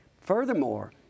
Furthermore